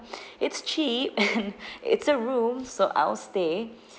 it's cheap and it's a room so I'll stay